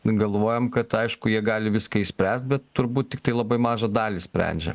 galvojom kad aišku jie gali viską išspręst bet turbūt tiktai labai mažą dalį išsprendžia